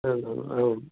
तद् आम्